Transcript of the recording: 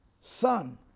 son